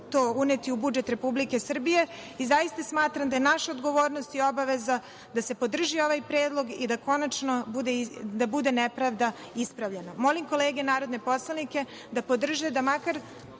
to uneti u budžet Republike Srbije i zaista smatram da je naša odgovornost i obaveza da se podrži ovaj predlog i da konačno nepravda bude ispravljena. Molim kolege narodne poslanike da podrže da makar